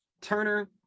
Turner